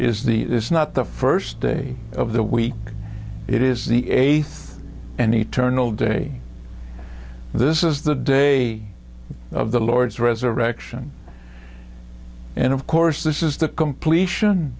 is the is not the first day of the week it is the eighth and he turned all day this is the day of the lord's resurrection and of course this is the completion